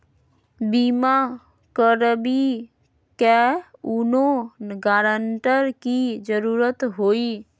बिमा करबी कैउनो गारंटर की जरूरत होई?